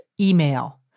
email